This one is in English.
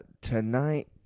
Tonight